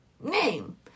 name